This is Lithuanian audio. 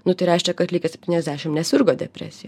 nu tai reiškia kad likę septyniasdešim nesirgo depresija